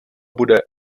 bude